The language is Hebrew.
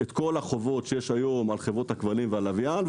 את כל החובות שיש היום על חברות הכבלים והלוויין,